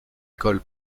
colle